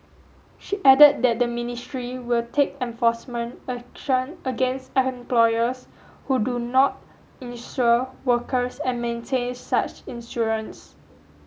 she added that the ministry will take enforcement action against employers who do not insure workers and maintain such insurance